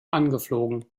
angeflogen